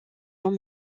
long